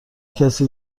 کسی